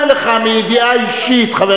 אני אומר לך מידיעה אישית.